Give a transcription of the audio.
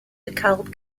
dekalb